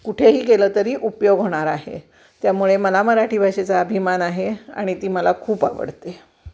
कुठेही गेलं तरी उपयोग होणार आहे त्यामुळे मला मराठी भाषेचा अभिमान आहे आणि ती मला खूप आवडते